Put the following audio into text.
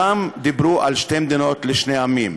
שם דיברו על שתי מדינות לשני עמים.